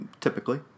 typically